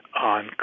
on